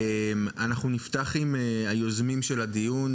אנחנו נפתח עם היוזמים של הדיון.